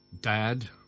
Dad